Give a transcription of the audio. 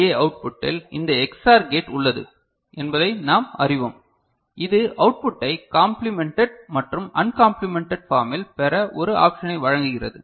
ஏ அவுட்புட்டில் இந்த X OR gate உள்ளது என்பதை நாம் அறிவோம் இது அவுட்புட்டைப் காம்ப்ளிமெண்டட் மற்றும் அன்காம்ப்ளிமெண்டட் ஃபார்மில் பெற ஒரு ஆப்ஷனை வழங்குகிறது